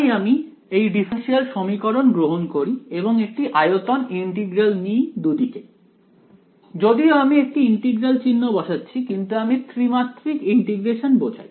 তাই আমি এই ডিফারেনশিয়াল সমীকরণ গ্রহণ করি এবং একটি আয়তন ইন্টিগ্রাল নিই দুদিকেই যদিও আমি একটি ইন্টিগ্রাল চিহ্ন বসাচ্ছি কিন্তু আমি ত্রিমাত্রিক ইন্টিগ্রেশন বোঝাই